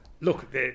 look